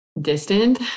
distant